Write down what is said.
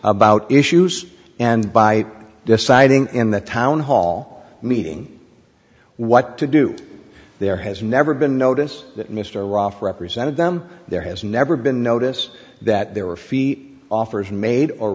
about issues and by deciding in the town hall meeting what to do there has never been notice that mr ruff represented them there has never been notice that there were fee offers in made or